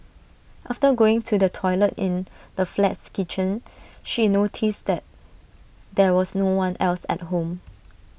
after going to the toilet in the flat's kitchen she noticed that there was no one else at home